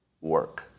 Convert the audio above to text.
work